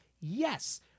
Yes